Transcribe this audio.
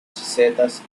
setas